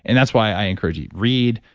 and that's why i encourage you read,